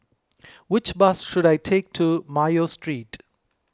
which bus should I take to Mayo Street